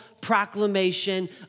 proclamation